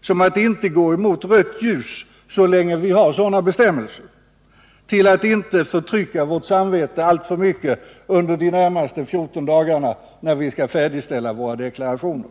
som att inte gå emot rött ljus, så länge vi har sådana bestämmelser som vi har, till att inte förtrycka vårt samvete alltför mycket under de närmaste fjorton dagarna, när vi skall färdigställa våra deklarationer.